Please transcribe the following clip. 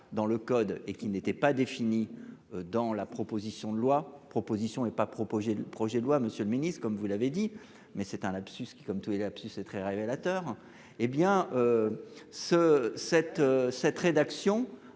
dans le code et qu'qui n'était pas définie dans la proposition de loi, proposition est pas proposé le projet de loi, Monsieur le Ministre, comme vous l'avez dit, mais c'est un lapsus qui comme tous les lapsus c'est très révélateur. Hé bien. Ce cette cette rédaction.